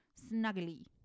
snuggly